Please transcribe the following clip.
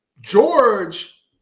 George